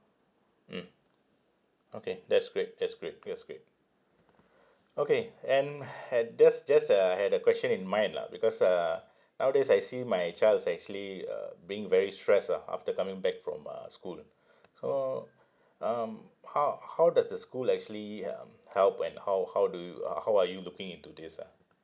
mm okay that's great that's great that's great okay and had just just uh had a question in mind lah because uh nowadays I see my child is actually uh being very stressed ah after coming back from uh school so um how how does the school actually um help and how how do you uh how are you looking into this ah